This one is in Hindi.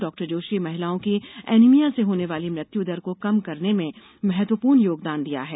डॉ जोशी महिलाओं की एनीमिया से होने वाली मृत्यु दर को कम करने में महत्वपूर्ण योगदान दिया है